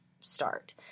start